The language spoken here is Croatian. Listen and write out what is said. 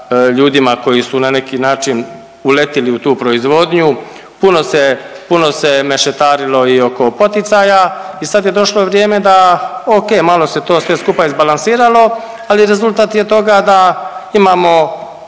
koji su na neki način uletili u tu proizvodnju, puno se, puno se mešetarilo i oko poticaja i sad je došlo vrijeme da okej malo se to sve skupa izbalansiralo, ali rezultat je toga da imamo